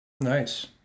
Nice